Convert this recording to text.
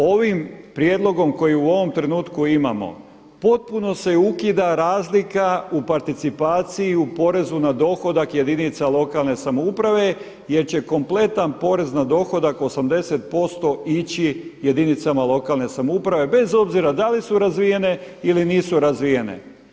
Ovim prijedlogom koji u ovom trenutku imamo potpuno se ukida razlika u participaciji, u porezu na dohodak jedinica lokalne samouprave jer će kompletan porez na dohodak 80% ići jedinicama lokalne samouprave bez obzira da li su razvijene ili nisu razvijene.